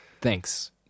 Thanks